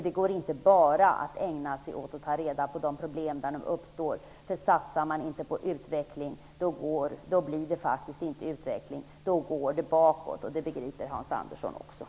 Det går inte att bara ägna sig åt att ta hand om problemen där de uppstår. Satsar man inte på utveckling, då går det bakåt, och det begriper också Hans Andersson.